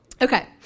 Okay